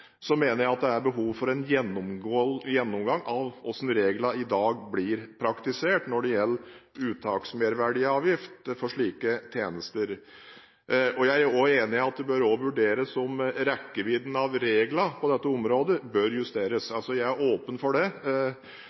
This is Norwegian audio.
mener jeg det er behov for en gjennomgang av hvordan reglene i dag blir praktisert når det gjelder uttaksmerverdiavgift for slike tjenester. Jeg er også enig i at det bør vurderes om rekkevidden av reglene på dette området bør justeres. Jeg er åpen for det,